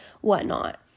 whatnot